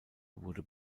wurde